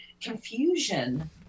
confusion